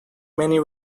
many